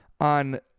on